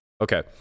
Okay